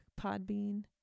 Podbean